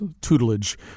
tutelage